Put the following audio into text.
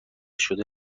شده